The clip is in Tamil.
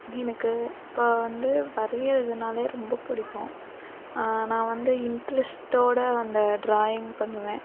எனக்கு இப்போ வந்து வரையிறதுனாலே ரொம்ப பிடிக்கும் நான் வந்து இன்ட்ரெஸ்ட்டோட அந்த ட்ராயிங் பண்ணுவேன்